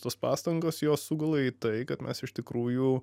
tos pastangos jos sugula į tai kad mes iš tikrųjų